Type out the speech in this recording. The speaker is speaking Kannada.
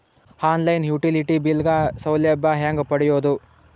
ಆನ್ ಲೈನ್ ಯುಟಿಲಿಟಿ ಬಿಲ್ ಗ ಸೌಲಭ್ಯ ಹೇಂಗ ಪಡೆಯೋದು?